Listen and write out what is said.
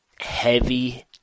heavy